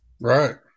Right